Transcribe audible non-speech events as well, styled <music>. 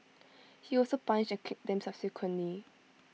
<noise> he also punched and kicked them subsequently